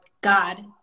God